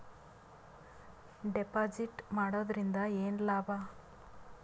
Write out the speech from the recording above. Deposit ಮಾಡುದರಿಂದ ಏನು ಲಾಭ?